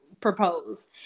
propose